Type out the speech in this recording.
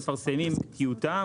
מפרסמים טיוטה,